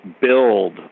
build